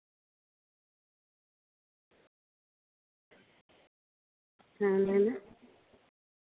ᱦᱮᱸ ᱞᱟᱹᱭ ᱢᱮ